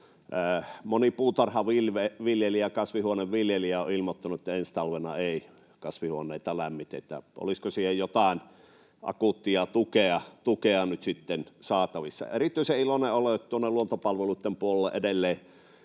Moni puutarhaviljelijä, kasvihuoneviljelijä on ilmoittanut, että ensi talvena ei kasvihuoneita lämmitetä. Olisiko siihen jotain akuuttia tukea nyt sitten saatavissa? Erityisen iloinen olen, että Luontopalveluitten puolelle edelleen